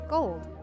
Gold